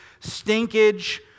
stinkage